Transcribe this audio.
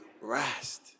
rest